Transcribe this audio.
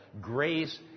grace